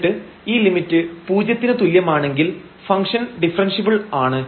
എന്നിട്ട് ഈ ലിമിറ്റ് പൂജ്യത്തിനു തുല്യമാണെങ്കിൽ ഫംഗ്ഷൻ ഡിഫറെൻഷ്യബിൾ ആണ്